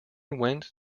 went